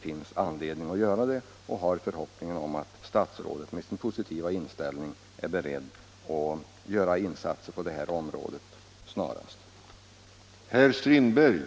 Jag hoppas att statsrådet med den positiva inställning han har är beredd att snarast rätta till otillfredsställande förhållanden på detta område.